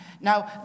Now